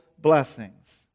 blessings